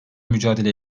mücadele